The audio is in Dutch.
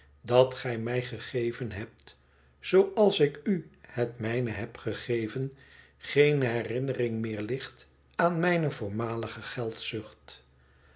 dat gij mij gegeven hebt zooals ik u het mijne heb gegeven geen herinnering meer ligt aan mijne voormalige